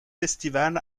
festival